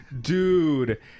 dude